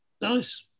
nice